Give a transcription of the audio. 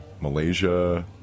Malaysia